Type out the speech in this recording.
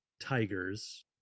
Tigers